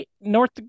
North